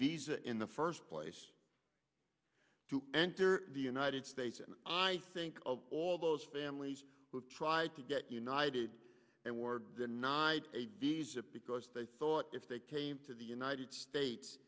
visa in the first place to enter the united states and i think of all those families who tried to get united and were denied a visa because they thought if they came to the united states